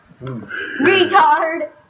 Retard